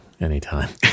Anytime